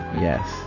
Yes